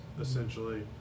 essentially